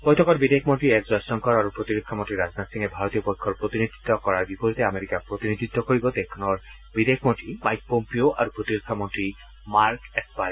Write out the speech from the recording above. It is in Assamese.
বৈঠকত বিদেশ মন্ত্ৰী এছ জয়শংকৰ আৰু প্ৰতিৰক্ষা মন্ত্ৰী ৰাজনাথ সিঙে ভাৰতীয় পক্ষৰ প্ৰতিনিধিত্ব কৰাৰ বিপৰীতে আমেৰিকাক প্ৰতিনিধিত্ব কৰিব দেশখনৰ বিদেশ মন্ত্ৰী মাইক পম্পীঅ' আৰু প্ৰতিৰক্ষা মন্ত্ৰী মাৰ্ক এছপাৰে